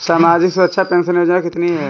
सामाजिक सुरक्षा पेंशन योजना कितनी हैं?